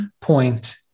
point